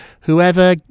Whoever